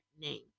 name